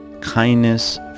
kindness